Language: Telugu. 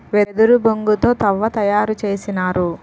వెదురు బొంగు తో తవ్వ తయారు చేసినారు